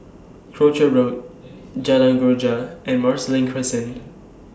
Croucher Road Jalan Greja and Marsiling Crescent